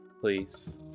please